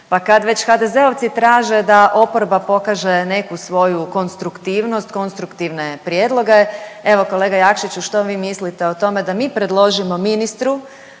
pa kad već HDZ-ovci traže da oporba pokaže neku svoju konstruktivnost, konstruktivne prijedloge, evo, kolega Jakšiću, što vi mislite o tome da mi predložimo ministru